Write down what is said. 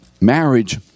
marriage